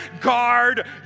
guard